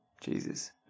Jesus